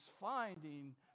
finding